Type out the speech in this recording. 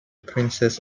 princess